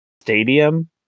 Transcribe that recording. Stadium